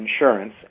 insurance